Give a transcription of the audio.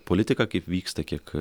politika kaip vyksta kiek